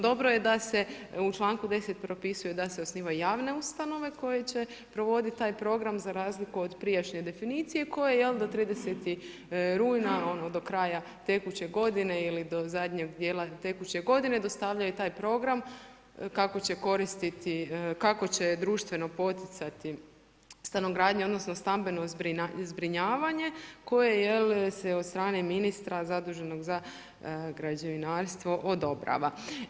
Dobro je da se u članku 10. propisuje da se osnivaju javne ustanove koje će provoditi taj program za razliku od prijašnje definicije koje 30. rujna do kraja tekuće godine ili do zadnjeg dijela tekuće godine dostavljaju taj program kako će koristiti, kako će društveno poticati stanogradnju odnosno stambeno zbrinjavanje koje se od strane ministra zaduženog za građevinarstvo odobrava.